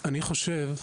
אני חושב,